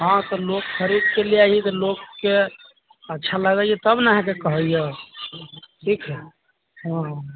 हँ तऽ लोक खरीद के ले आय हय तऽ लोक के अच्छा लगै यऽ तब ने अहाँके कहै यऽ ठीक हय हँ